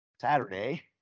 Saturday